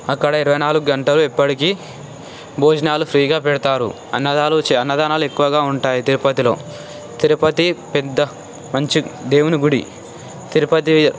అక్కడ ఇరవై నాలుగు గంటలు ఇప్పటికీ భోజనాలు ఫ్రీగా పెడతారు అన్నగారు అన్నదానాలు ఎక్కువగా ఉంటాయి తిరుపతిలో తిరుపతి పెద్ద మంచి దేవుని గుడి తిరుపతి